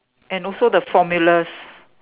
and also the formulas